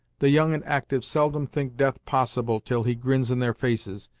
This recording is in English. the young and actyve seldom think death possible, till he grins in their faces,